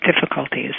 difficulties